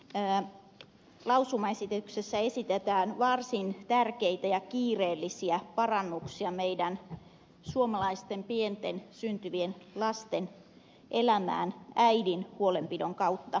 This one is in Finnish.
rauhala esitetään varsin tärkeitä ja kiireellisiä parannuksia meidän suomalaisten pienten syntyvien lasten elämään äidin huolenpidon kautta